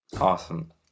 Awesome